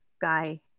guy